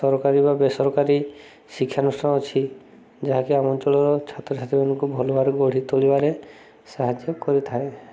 ସରକାରୀ ବା ବେସରକାରୀ ଶିକ୍ଷାନୁଷ୍ଠାନ ଅଛି ଯାହାକି ଆମ ଅଞ୍ଚଳର ଛାତ୍ରଛାତ୍ରୀ ମାନଙ୍କୁ ଭଲ ଭାବ ଗଢ଼ି ତୋଳିବାରେ ସାହାଯ୍ୟ କରିଥାଏ